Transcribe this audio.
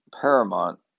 Paramount